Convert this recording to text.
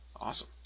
Awesome